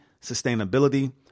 sustainability